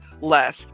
less